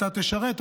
אתה תשרת,